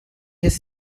has